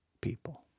people